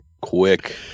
Quick